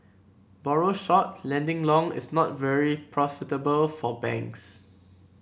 borrow short lending long is not very profitable for banks